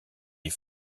est